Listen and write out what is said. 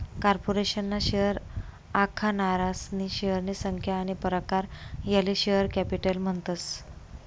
corporation ना share आखनारासनी शेअरनी संख्या आनी प्रकार याले शेअर कॅपिटल म्हणतस